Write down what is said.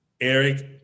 Eric